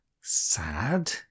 sad